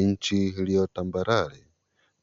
Inchi iliyo tambarare,